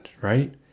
right